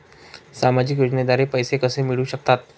सामाजिक योजनेद्वारे पैसे कसे मिळू शकतात?